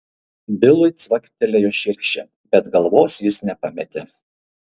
bilui cvaktelėjo širšė bet galvos jis nepametė